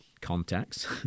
contacts